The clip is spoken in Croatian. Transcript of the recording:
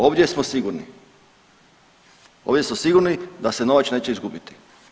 Ovdje smo sigurni, ovdje smo sigurni da se novac neće izgubiti.